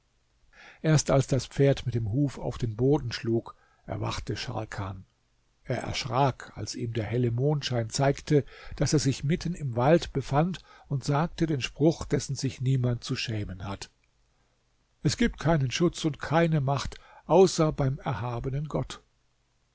erst als das pferd mit dem huf auf den boden schlug erwachte scharkan er erschrak als ihm der helle mondschein zeigte daß er sich mitten im wald befand und sagte den spruch dessen sich niemand zu schämen hat es gibt keinen schutz und keine macht außer beim erhabenen gott